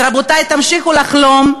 אז, רבותי, תמשיכו לחלום,